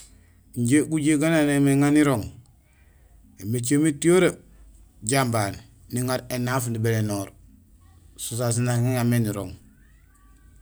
Injé gujéék gan noomé négaar nirooŋ; éméjéhoom étiyoree jambaal, niŋaar énaaf nibélénoor; so sasu saan nak iŋamé nirooŋ.